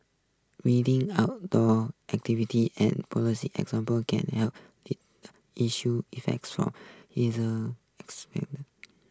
reading outdoor activities and policy example can help issue effects from haze